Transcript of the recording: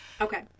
okay